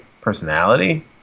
personality